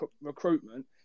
recruitment